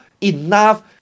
enough